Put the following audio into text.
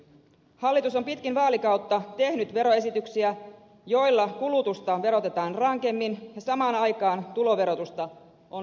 hallitus on pitkin vaalikautta tehnyt veroesityksiä joilla kulutusta verotetaan rankemmin ja samaan aikaan tuloverotusta on lievennetty